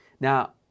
Now